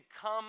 come